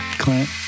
Clint